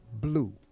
blue